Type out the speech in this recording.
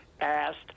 asked